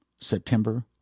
September